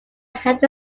had